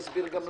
אסביר גם לך: